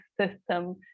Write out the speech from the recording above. system